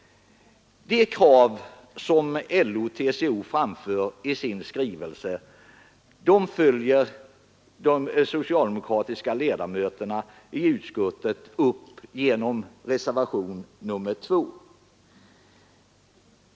De krav som LO och TCO framför i sin skrivelse följer de socialdemokratiska ledamöterna upp genom reservation nr 2.